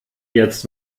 jetzt